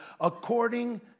according